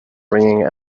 ringing